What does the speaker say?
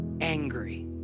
angry